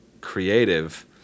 creative